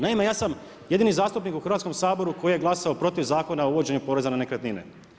Naime, ja sam jedini zastupnik u Hrvatskom saboru, koji je glasao protiv Zakona o uvođenju poreza na nekretnine.